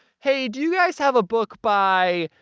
hey, do you guys have a book by?